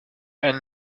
and